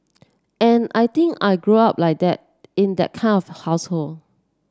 and I think I grew up like that in that kind of household